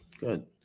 good